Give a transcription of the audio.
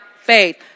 faith